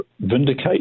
vindicate